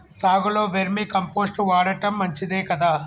సాగులో vermicompost వాడటం మంచిదే కదా?